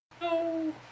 No